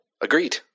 agreed